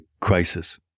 crisis